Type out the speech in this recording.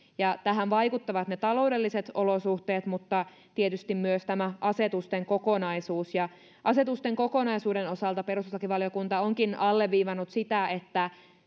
tähän vaikuttavat ne taloudelliset olosuhteet mutta tietysti myös tämä asetusten kokonaisuus ja asetusten kokonaisuuden osalta perustuslakivaliokunta onkin alleviivannut sitä että